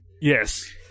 Yes